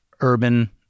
urban